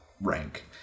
rank